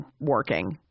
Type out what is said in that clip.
working